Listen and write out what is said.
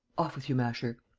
off with you, masher!